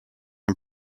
him